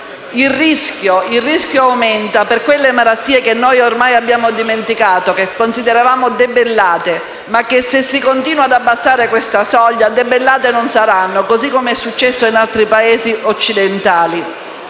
il rischio di quelle malattie che ormai abbiamo dimenticato, che consideravamo debellate, ma che, se si continua ad abbassare questa soglia, debellate non saranno, così come è accaduto in altri Paesi occidentali.